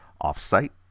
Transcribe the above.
off-site